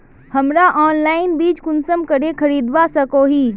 हमरा ऑनलाइन बीज कुंसम करे खरीदवा सको ही?